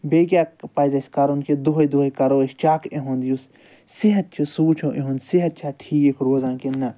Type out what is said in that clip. بیٚیہِ کیاہ پَزِ اَسہِ کَرُن کہِ دۄہَے دۄہَے کرو أسۍ چَک یِہُنٛد یُس صحت چھُ سُہ وٕچھو یِہُنٛد صحت چھا ٹھیٖک روزان کِنہٕ نہ